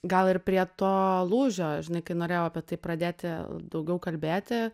gal ir prie to lūžio žinai kai norėjau apie tai pradėti daugiau kalbėti